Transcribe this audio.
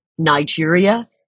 Nigeria